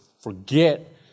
forget